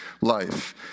life